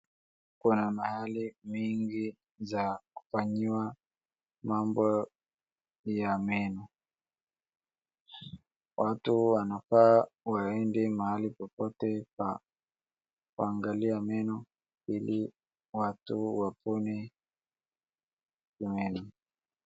Kuna mahali mengi za kufanyiwa mambo ya meno. Watu wanafaa waende mahali popote pa kuangalia meno ili watu waponi meno.